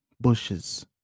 bushes